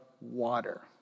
water